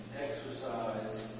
exercise